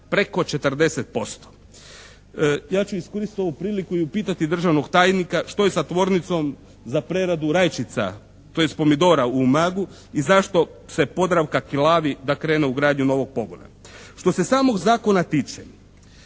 preko 40%. Ja ću iskoristiti ovu priliku i upitati državnog tajnika što je sa tvornicom za preradu rajčica, tj., pomidora u Umagu i zašto se Podravka kilavi da krene u gradnju novog pogona. Što se samog Zakona tiče